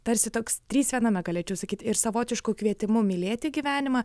tarsi toks trys viename galėčiau sakyt ir savotišku kvietimu mylėti gyvenimą